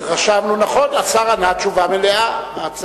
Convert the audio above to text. נכון, השר ענה תשובה מלאה.